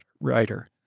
writer